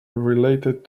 related